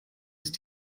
ist